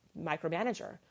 micromanager